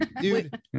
dude